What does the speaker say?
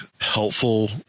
helpful